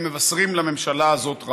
הם מבשרים רעות לממשלה הזאת.